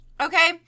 Okay